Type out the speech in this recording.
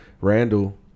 Randall